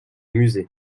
musée